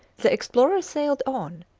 the explorer sailed on,